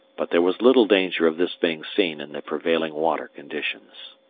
but there was little danger of this being seen in the prevailing water conditions.